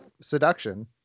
seduction